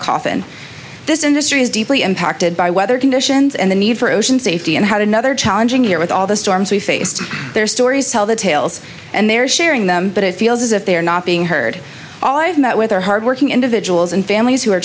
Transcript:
a coffin and this industry is deeply impacted by weather conditions and the need for ocean safety and how to another challenging year with all the storms we faced their stories tell the tales and they're sharing them but it feels as if they're not being heard all i've met with their hard working individuals and families who are